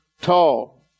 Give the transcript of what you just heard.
tall